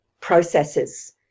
processes